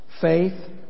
Faith